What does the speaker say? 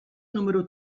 número